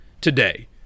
today